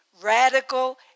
radical